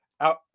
out